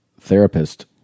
therapist